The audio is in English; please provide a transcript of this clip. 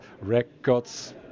records